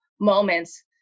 moments